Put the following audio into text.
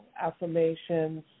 affirmations